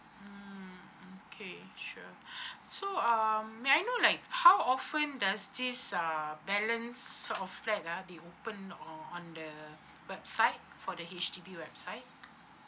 mm okay sure so um may I know like how often does this uh balance of flat ah they open or on the website for the H_D_B website